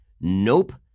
Nope